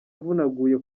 avunaguye